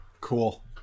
Cool